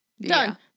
Done